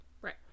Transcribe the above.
Right